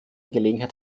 gelegenheit